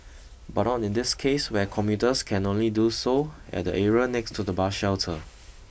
but on in this case where commuters can only do so at the area next to the bus shelter